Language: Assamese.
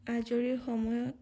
আজৰি সময়ত